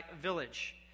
village